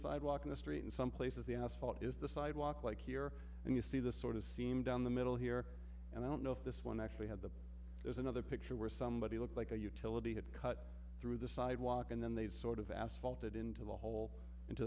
sidewalk in the street and some places the asphalt is the sidewalk like here and you see this sort of seam down the middle here and i don't know if this one actually had the there's another picture where somebody looked like a utility had cut through the sidewalk and then they'd sort of asphalt it into the hole into